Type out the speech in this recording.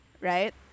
right